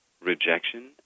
rejection